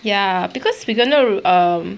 ya because we don't know um